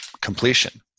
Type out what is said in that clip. completion